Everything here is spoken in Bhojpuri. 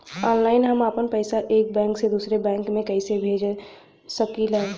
ऑनलाइन हम आपन पैसा एक बैंक से दूसरे बैंक में कईसे भेज सकीला?